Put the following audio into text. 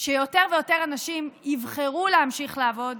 שיותר ויותר אנשים יבחרו להמשיך לעבוד